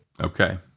Okay